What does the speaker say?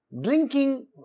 drinking